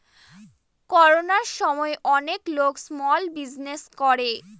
করোনার সময় অনেক লোক স্মল বিজনেস করে